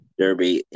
derby